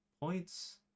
points